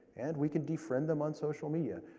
and we can de-friend them on social media.